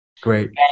Great